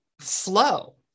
flow